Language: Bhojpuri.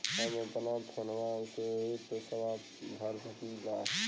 हम अपना फोनवा से ही पेसवा भर सकी ला?